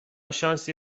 شانسی